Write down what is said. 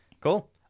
Cool